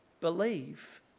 believe